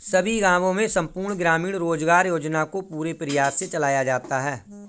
सभी गांवों में संपूर्ण ग्रामीण रोजगार योजना को पूरे प्रयास से चलाया जाता है